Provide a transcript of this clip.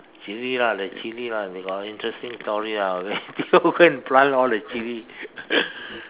chili lah like chili lah we got interesting story ah we go go and plant all the chili